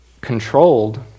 controlled